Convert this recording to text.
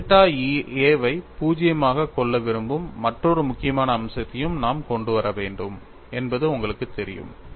delta a வை 0 ஆகக் கொள்ள விரும்பும் மற்றொரு முக்கியமான அம்சத்தையும் நாம் கொண்டு வர வேண்டும் என்பது உங்களுக்குத் தெரியும்